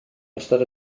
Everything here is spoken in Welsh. ystod